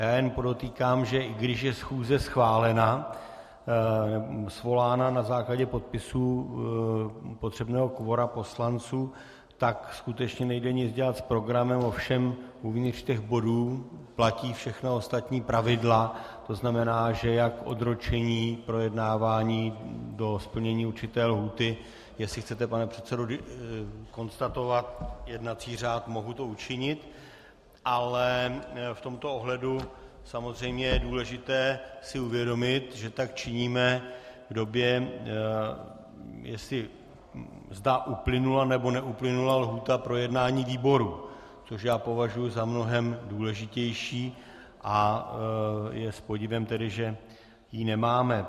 Já jen podotýkám, že i když je schůze schválena, je svolána na základě podpisů potřebného kvora poslanců, tak skutečně nejde nic dělat s programem, ovšem uvnitř těch bodů platí všechna ostatní pravidla, to znamená, že jak odročení projednávání do splnění určité lhůty jestli chcete, pane předsedo, konstatovat jednací řád, mohu to učinit, ale v tomto ohledu samozřejmě je důležité si uvědomit, že tak činíme v době, zda uplynula, nebo neuplynula lhůta pro jednání výboru, což já považuji za mnohem důležitější, a je s podivem, že ji nemáme.